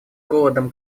голодом